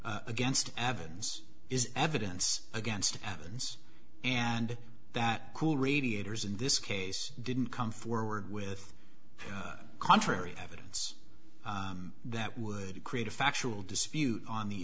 against evans is evidence against evans and that cool radiators in this case didn't come forward with contrary evidence that would create a factual dispute on the